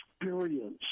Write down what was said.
experience